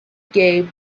gave